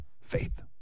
Faith